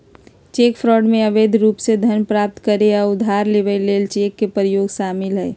cheque fraud में अवैध रूप से धन प्राप्त करे आऽ उधार लेबऐ के लेल चेक के प्रयोग शामिल हइ